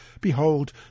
behold